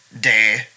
day